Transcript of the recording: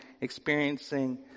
Experiencing